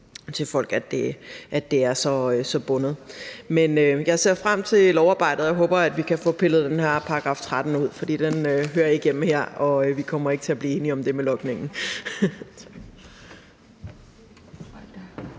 for folk, at det er så bundet. Men jeg ser frem til lovarbejdet, og jeg håber, at vi kan få pillet den her § 13 ud, for den hører ikke hjemme her, og vi kommer ikke til at blive enige om det med logningen.